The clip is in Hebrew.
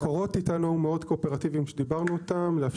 מקורות היו מאוד קואופרטיבים כשדברנו אתם.